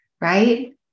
Right